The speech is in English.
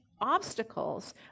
Obstacles